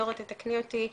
ליאורה תתקני אותי,